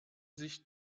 sich